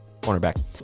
cornerback